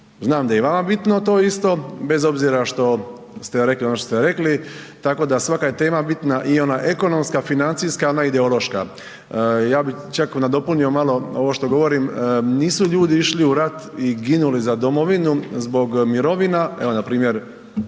Znam da je i vama bitno to isto bez obzira što ste rekli ono što ste rekli. Tako da svaka je tema bitna i ona ekonomska, financijska i ona ideološka. Ja bih čak nadopunio malo ovo što govorim nisu ljudi išli u rat i ginuli za domovinu zbog mirovina evo npr.